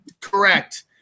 correct